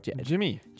Jimmy